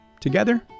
together